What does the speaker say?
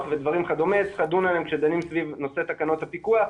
וכדומה צריך לדון עליהם כשדנים סביב נושא תקנות הפיקוח.